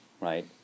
right